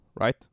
right